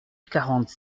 quarante